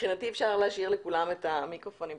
מבחינתי אפשר להשאיר לכולם המיקרופונים פתוחים,